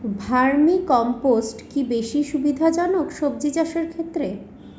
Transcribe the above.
Vermi compost কি বেশী সুবিধা জনক সবজি চাষের ক্ষেত্রে?